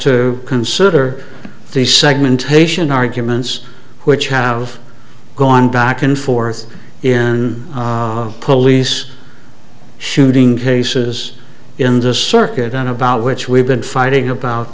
to consider the segmentation arguments which have gone back in forth in police shooting cases in the circuit on about which we've been fighting about